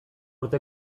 urte